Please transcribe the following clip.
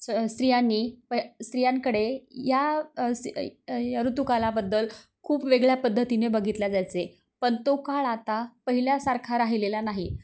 स स्त्रियांनी प स्त्रियांकडे या सी या ऋतूकालाबद्दल खूप वेगळ्या पद्धतीने बघितल्या जायचे पन तो काळ आता पहिल्यासारखा राहिलेला नाही